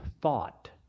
thought